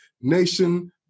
nation